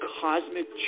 cosmic